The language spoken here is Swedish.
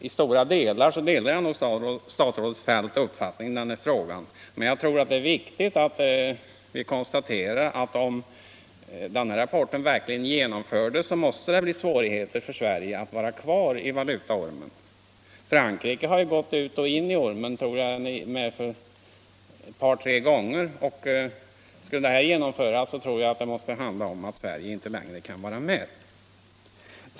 I stora delar har jag nog samma uppfattning som statsrådet Feldt, men jag tror det är viktigt att vi konstaterar, att om den här planen verkligen genomförs måste det bli svårigheter för Sverige att vara kvar i valutaormen. Frankrike har ju gått ut och in i ormen ett par tre gånger, och skulle det här genomföras tror jag att det måste handla om att Sverige inte längre kan vara med.